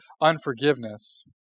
unforgiveness